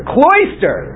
Cloister